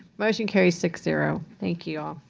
motion carries six zero. thank you.